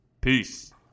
Peace